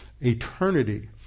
eternity